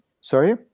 sorry